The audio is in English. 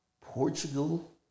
Portugal